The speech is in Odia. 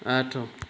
ଆଠ